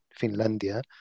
Finlandia